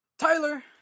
Tyler